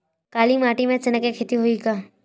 काली माटी म चना के खेती होही का?